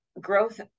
growth